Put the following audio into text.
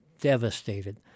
devastated